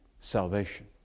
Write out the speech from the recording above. salvation